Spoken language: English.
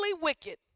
wicked